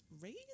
raise